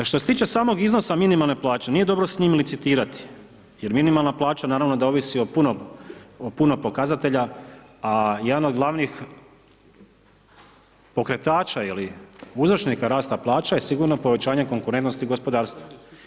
Što se tiče samog iznosa minimalne plaće, nije dobro s njim licitirati jer minimalna plaća naravno da ovisi o puno pokazatelja a jedan od glavnih pokretača ili uzročnika rasta plaća je sigurno povećanje konkurentnosti gospodarstva.